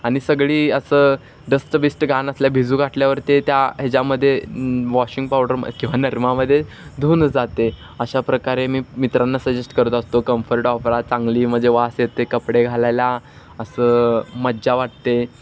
आणि सगळी असं डस्ट बिष्ट घाण असल्या भिजू घातल्यावर ते त्या ह्याच्यामध्ये वॉशिंग पावडर किंवा निरमामध्ये धुवून जाते अशा प्रकारे मी मित्रांना सजेस्ट करत असतो कम्फर्ट वापरा चांगली म्हणजे वास येते कपडे घालायला असं मज्जा वाटते